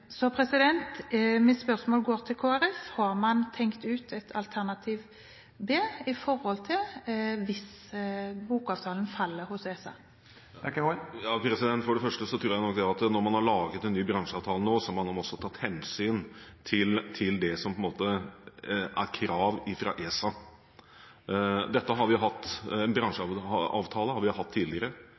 mitt spørsmål til Kristelig Folkeparti er: Har man tenkt ut et alternativ B hvis bokavtalen faller hos ESA? For det første tror jeg nok at når man har laget en ny bransjeavtale nå, har man også tatt hensyn til det som er krav fra ESA. Bransjeavtale har vi hatt tidligere. Det er inngått en